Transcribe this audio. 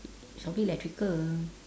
sobri electrical